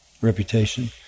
reputation